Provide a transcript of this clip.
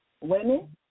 women